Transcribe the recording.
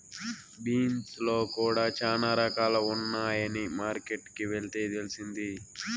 beans లో కూడా చానా రకాలు ఉన్నాయని మార్కెట్ కి వెళ్తే తెలిసింది